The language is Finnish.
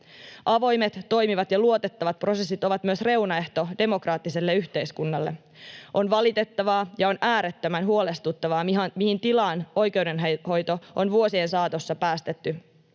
Avoimet, toimivat ja luotettavat prosessit ovat myös reunaehto demokraattiselle yhteiskunnalle. On valitettavaa ja on äärettömän huolestuttavaa, mihin tilaan oikeudenhoito on vuosien saatossa päästetty.